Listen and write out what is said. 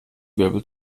wirbel